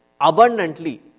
abundantly